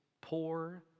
poor